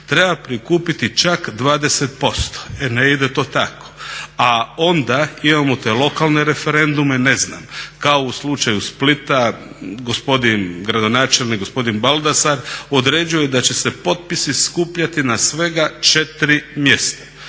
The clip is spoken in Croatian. treba prikupiti čak 20%. E ne ide to tako. A onda imamo te lokalne referendume, kao u slučaju Splita gospodin gradonačelnik, gospodin Baldasar određuje da će se potpisi skupljati na svega 4 mjesta